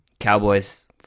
Cowboys